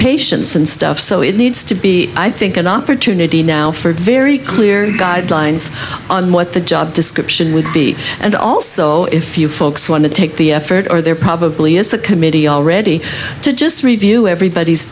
patients and stuff so it needs to be i think an opportunity now for very clear guidelines on what the job description would be and also if you folks want to take the effort or there probably is a committee already to just review everybody's